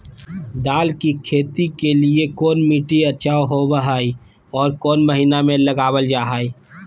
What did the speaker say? दाल की खेती के लिए कौन मिट्टी अच्छा होबो हाय और कौन महीना में लगाबल जा हाय?